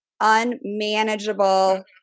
unmanageable